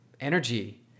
energy